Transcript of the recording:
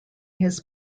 his